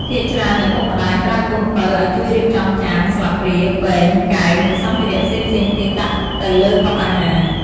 ភាគច្រើនឪពុកម្ដាយប្រើកូនពៅ ឲ្យជួយរៀបចំចាន ស្លាបព្រា ពែង កែវ និងសម្ភារៈផ្សេងៗទៀតដាក់ទៅលើតុអាហារ។